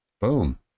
Boom